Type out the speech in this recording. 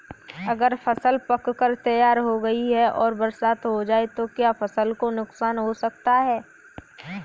अगर फसल पक कर तैयार हो गई है और बरसात हो जाए तो क्या फसल को नुकसान हो सकता है?